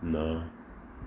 ਨਾਂ